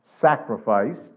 sacrificed